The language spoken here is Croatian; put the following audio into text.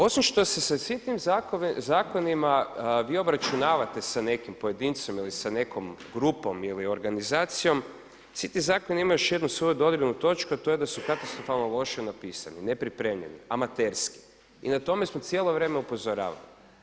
Osim što se sa sitnim zakonima vi obračunavate sa nekim pojedincem ili sa nekom grupom ili organizacijom svi ti zakoni imaju još jednu svoju dodirnu točku a to je da su katastrofalno loše napisani, nepripremljeni, amaterski i na to smo cijelo vrijeme upozoravali.